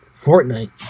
Fortnite